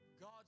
God